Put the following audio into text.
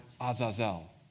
azazel